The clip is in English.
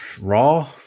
Raw